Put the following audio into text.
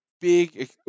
big